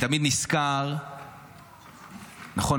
נכון,